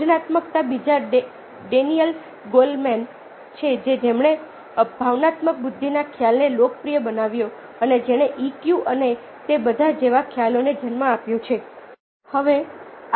સર્જનાત્મકતા બીજા Daniel Goleman છે જેમણે ભાવનાત્મક બુદ્ધિના ખ્યાલને લોકપ્રિય બનાવ્યો અને જેણે EQ અને તે બધા જેવા ખ્યાલોને જન્મ આપ્યો છે